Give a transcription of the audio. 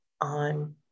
on